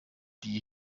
die